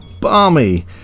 balmy